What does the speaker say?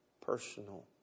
personal